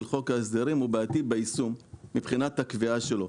חוק ההסדרים הוא בעייתי ביישום מבחינת הקביעה שלו.